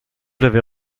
l’avez